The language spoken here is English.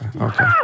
Okay